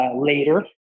later